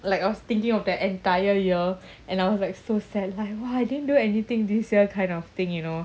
like I was thinking of the entire year and I was like so sad like why I didn't do anything this year kind of thing you know